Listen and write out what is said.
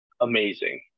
amazing